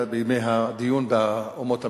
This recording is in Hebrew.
בימי הדיון באומות המאוחדות.